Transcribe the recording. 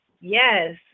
Yes